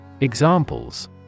Examples